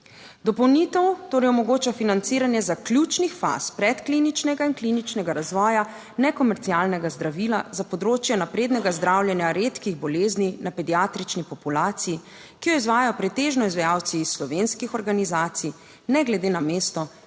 Dopolnitev torej omogoča financiranje zaključnih faz predkliničnega in kliničnega razvoja nekomercialnega zdravila za področje naprednega zdravljenja redkih bolezni na pediatrični populaciji, ki jo izvajajo pretežno izvajalci iz slovenskih organizacij, ne glede na mesto, kjer